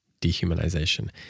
dehumanization